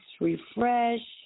refresh